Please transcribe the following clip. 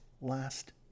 last